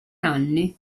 anni